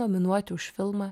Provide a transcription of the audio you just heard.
nominuoti už filmą